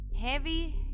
Heavy